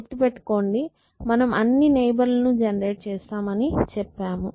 గుర్తుపెట్టుకోండి మనం అన్ని నైబర్ లను జెనెరేట్ చేస్తాం అని చెప్పాము